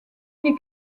les